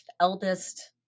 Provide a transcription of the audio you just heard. eldest